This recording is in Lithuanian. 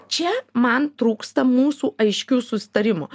čia man trūksta mūsų aiškių susitarimų